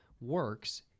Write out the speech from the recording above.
works